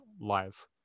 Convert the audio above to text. live